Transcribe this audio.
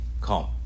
calm